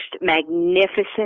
magnificent